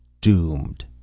Doomed